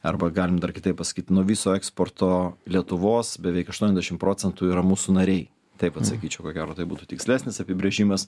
arba galim dar kitaip pasakyt nuo viso eksporto lietuvos beveik aštuoniasdešim procentų yra mūsų nariai taip atsakyčiau ko gero tai būtų tikslesnis apibrėžimas